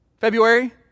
February